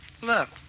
Look